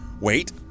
wait